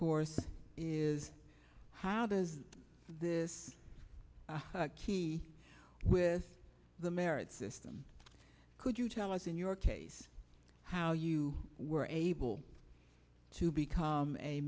course is how does this key with the married system could you tell us in your case how you were able to become a